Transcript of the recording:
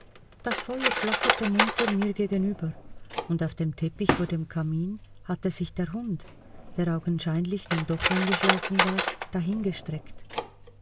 das feuer flackerte munter mir gegenüber und auf dem teppich vor dem kamin hatte sich der hund der augenscheinlich nun doch eingeschlafen war dahingestreckt